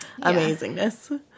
amazingness